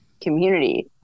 community